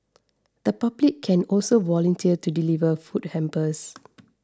the public can also volunteer to deliver food hampers